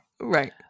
Right